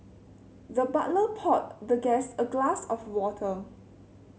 the butler poured the guest a glass of water